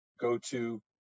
go-to